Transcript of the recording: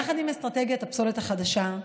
יחד עם אסטרטגיית הפסולת החדשה,